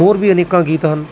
ਹੋਰ ਵੀ ਅਨੇਕਾਂ ਗੀਤ ਹਨ